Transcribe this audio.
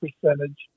percentage